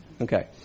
Okay